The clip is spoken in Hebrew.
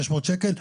600 שקל,